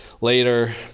later